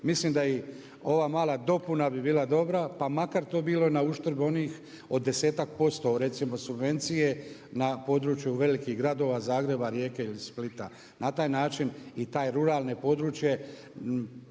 Mislim da i ova mala dopuna bi bila dobra pa makar to bilo na uštrb onih od 10% recimo subvencije na području velikih gradova Zagreba, Rijeke ili Splita. Na taj način i to ruralno područje